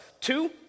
Two